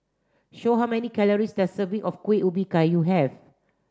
show how many calories does a serving of Kuih Ubi Kayu have